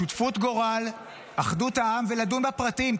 שותפות גורל, אחדות העם, ולדון בפרטים.